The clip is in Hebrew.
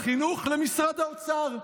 ממשרד החינוך למשרד האוצר,